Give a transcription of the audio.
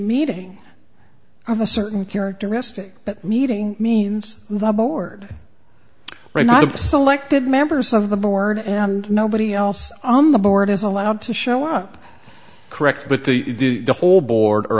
meeting of a certain characteristic that meeting means the board selected members of the board and nobody else on the board is allowed to show up correct but the whole board or